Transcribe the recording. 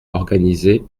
organisées